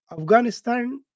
Afghanistan